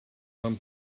van